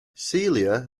celia